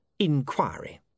Inquiry